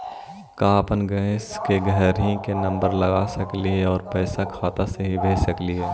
का अपन गैस के घरही से नम्बर लगा सकली हे और पैसा खाता से ही भेज सकली हे?